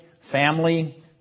family